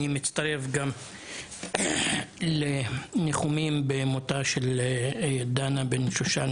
אני מצטרף גם לניחומים במותה של דנה בן-שושן